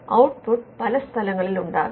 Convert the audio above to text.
out puttu പല സ്ഥലങ്ങളിൽ ഉണ്ടാകാം